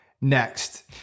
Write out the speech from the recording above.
next